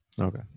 Okay